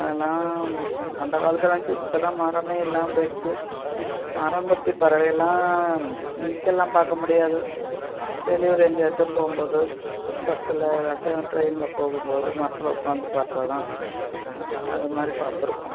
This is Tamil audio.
அதெலாம் அந்த காலத்துலெலாம் இருந்துச்சி இப்போ தான் மரமே இல்லாம போயிடுச்சு மரங்கொத்தி பறவையெல்லாம் இங்கெல்லாம் பார்க்க முடியாது வெளியூர் எங்கேயாச்சும் போகும் போது பஸ்ஸில் ஏதாச்சும் ட்ரெயினில் போகும் போது மரத்தில் உக்காந்து பார்த்தா தான் அது மாதிரி பார்த்துருக்கோம்